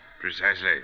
Precisely